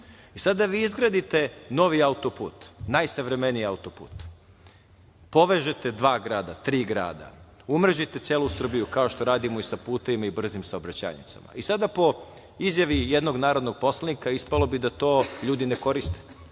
Sada, vi izgradite novi autoput, najsavremeniji autoput, povežete dva grada, tri grada, umrežite celu Srbiju, kao što radimo sa putevima i brzim saobraćajnicama i sada po izjavi jednog narodnog poslanika ispalo bi da to ljudi ne koriste,